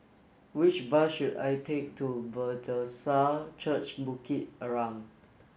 which bus should I take to Bethesda Church Bukit Arang